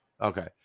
Okay